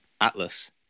Atlas